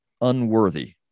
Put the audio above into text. unworthy